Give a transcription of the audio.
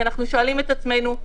אנחנו שואלים את עצמנו,